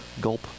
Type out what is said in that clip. gulp